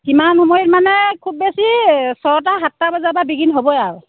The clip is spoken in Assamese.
কিমান সময় মানে খুব বেছি ছয়টা সাতটা বজাৰ পৰা বিগিন হ'বই আৰু